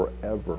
forever